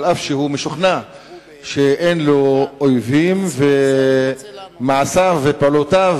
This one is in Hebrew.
אף-על-פי שהוא משוכנע שאין לו אויבים ומעשיו ופעולותיו